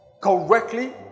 correctly